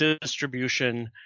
distribution